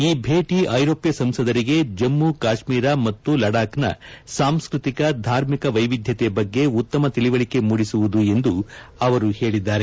ಈ ಭೇಟಿ ಐರೋಪ್ಠ ಸಂಸದರಿಗೆ ಜಮ್ಮು ಕಾಶ್ಮೀರ ಮತ್ತು ಲಡಾಕ್ನ ಸಾಂಸ್ನತಿಕ ಧಾರ್ಮಿಕ ವೈವಿದ್ಯತೆ ಬಗ್ಗೆ ಉತ್ತಮ ತಿಳಿವಳಿಕೆ ಮೂಡಿಸುವುದು ಎಂದು ಅವರು ಪೇಳಿದ್ದಾರೆ